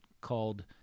called